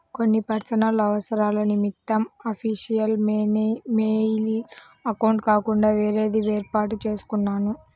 కొన్ని పర్సనల్ అవసరాల నిమిత్తం అఫీషియల్ మెయిల్ అకౌంట్ కాకుండా వేరేది వేర్పాటు చేసుకున్నాను